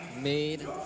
made